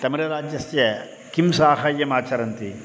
तमिळ् राज्यस्य किं साहाय्यमाचरन्ति